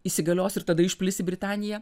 įsigalios ir tada išplis į britaniją